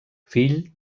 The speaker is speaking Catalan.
fill